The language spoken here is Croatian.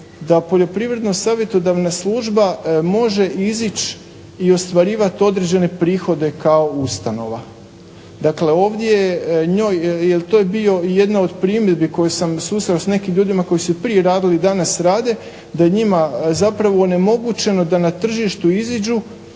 da Poljoprivredno savjetodavna služba može izići i ostvarivati određene prihode kao ustanova. Dakle ovdje je bio jedan od primjedbi koje sam susreo s nekim ljudima koji su prije radili danas rade da je njima zapravo onemogućeno da na tržištu iziđu